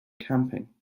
camping